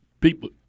people